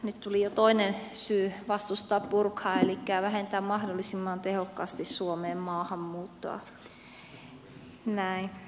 nyt tuli jo toinen syy vastustaa burkaa eli vähentää mahdollisimman tehokkaasti maahanmuuttoa suomeen